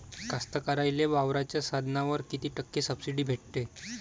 कास्तकाराइले वावराच्या साधनावर कीती टक्के सब्सिडी भेटते?